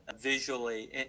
visually